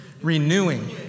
renewing